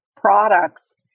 products